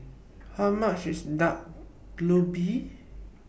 How much IS Dak Galbi